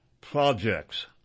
projects